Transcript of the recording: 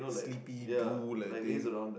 sleepy drool that thing